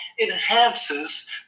enhances